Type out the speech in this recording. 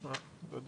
אין